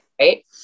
Right